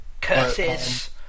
Curses